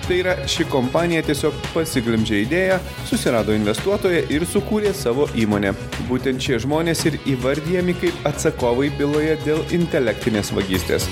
tai yra ši kompanija tiesiog pasiglemžė idėją susirado investuotoją ir sukūrė savo įmonę būtent šie žmonės ir įvardijami kaip atsakovai byloje dėl intelektinės vagystės